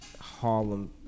Harlem